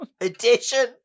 Edition